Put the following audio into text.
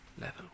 Level